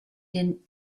den